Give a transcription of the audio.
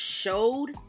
showed